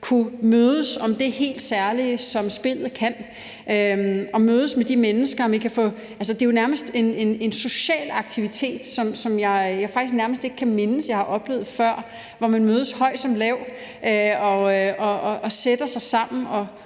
kunne mødes om det helt særlige, som spillet kan, og mødes med de mennesker. Det er jo nærmest en social aktivitet, som jeg faktisk nærmest ikke kan mindes, jeg har oplevet før, hvor man mødes – høj som lav – sætter sig sammen